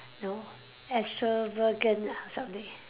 no extravagant ah something